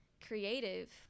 creative